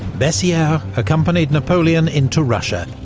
bessieres accompanied napoleon into russia,